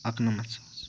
اَکہٕ نَمَتھ ساس